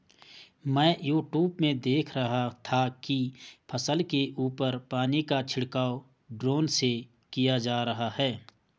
मैं यूट्यूब में देख रहा था कि फसल के ऊपर पानी का छिड़काव ड्रोन से किया जा रहा है